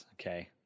Okay